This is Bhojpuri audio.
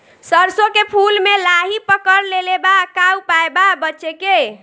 सरसों के फूल मे लाहि पकड़ ले ले बा का उपाय बा बचेके?